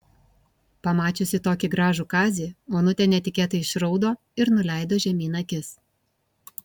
pamačiusi tokį gražų kazį onutė netikėtai išraudo ir nuleido žemyn akis